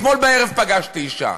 אתמול בערב פגשתי אישה.